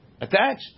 Attached